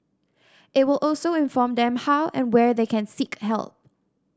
it will also inform them how and where they can seek help